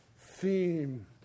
theme